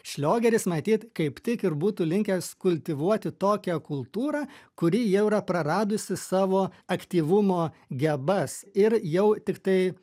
šliogeris matyt kaip tik ir būtų linkęs kultivuoti tokią kultūrą kuri jau yra praradusi savo aktyvumo gebas ir jau tiktai